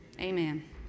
amen